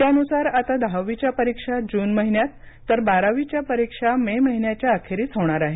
त्यानुसार आता दहावीच्या परीक्षा जून महिन्यात तर बारावीच्या परीक्षा मे महिन्याच्या अखेरीस होणार आहेत